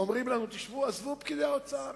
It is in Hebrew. אומרים לנו: עזבו את פקידי האוצר.